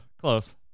Close